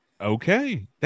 okay